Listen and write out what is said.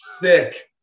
thick